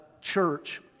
church